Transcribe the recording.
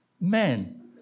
men